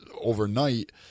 overnight